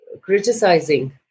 criticizing